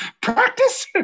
practice